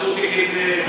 חשבו על תיקים פליליים,